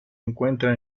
encuentra